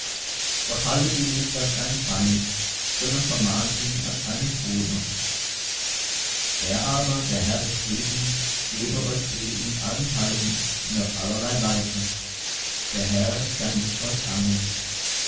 doch haltet ihn nicht als einen feind sondern vermahnet ihn als einen bruder er aber der herr des friedens gebe euch frieden allenthalben und auf allerlei weise der herr sei mit euch allen